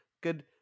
Good